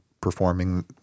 performing